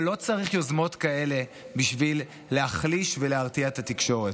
אבל לא צריך יוזמות כאלה בשביל להחליש ולהרתיע את התקשורת.